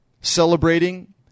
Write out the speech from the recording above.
celebrating